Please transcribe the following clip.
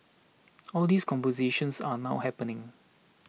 all these conversations are now happening